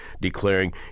declaring